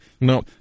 No